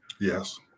Yes